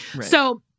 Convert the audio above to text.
So-